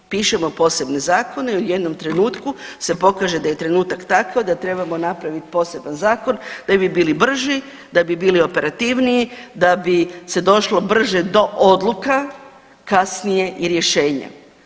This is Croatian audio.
Pišemo posebne zakone jer u jednom trenutku se pokaže da je trenutak takav da trebamo napravit poseban zakon da bi bili brži, da bi bili operativniji, da bi se došlo brže do odluka, kasnije i rješenja.